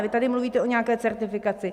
Vy tady mluvíte o nějaké certifikaci.